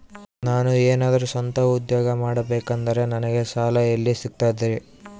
ನಾನು ಏನಾದರೂ ಸ್ವಂತ ಉದ್ಯೋಗ ಮಾಡಬೇಕಂದರೆ ನನಗ ಸಾಲ ಎಲ್ಲಿ ಸಿಗ್ತದರಿ?